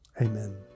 Amen